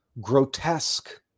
grotesque